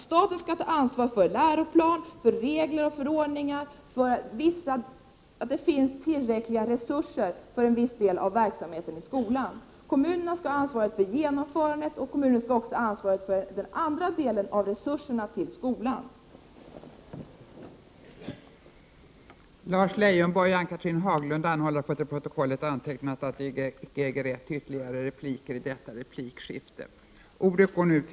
Staten skall ta ansvar för läroplanerna, regler och förordningar och se till att det finns tillräckliga resurser för en viss del av skolans verksamhet. Kommunerna skall ha ansvar för genomförandet och det ekonomiska ansvaret för den del som staten inte svarar för.